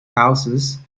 houses